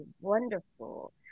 wonderful